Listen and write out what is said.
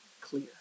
clear